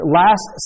last